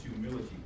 Humility